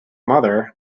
mother